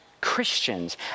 Christians